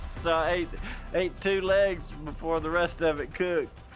so, i ate ate two legs before the rest of it cooked.